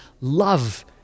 love